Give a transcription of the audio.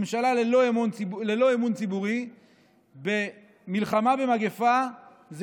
ממשלה ללא אמון ציבורי במלחמה במגפה זה